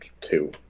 two